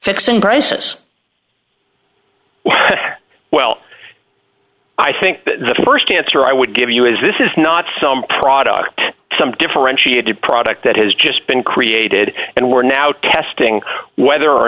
fixing prices well i think the st answer i would give you is this is not some product some differentiated product that has just been created and we're now testing whether or